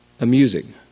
Amusing